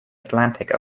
atlantic